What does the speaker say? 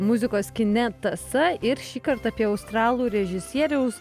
muzikos kine tąsa ir šįkart apie australų režisieriaus